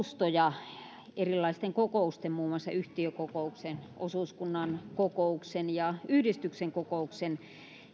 joustoja erilaisten kokousten muun muassa yhtiökokouksen osuuskunnan kokouksen ja yhdistyksen kokouksen